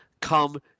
come